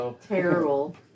Terrible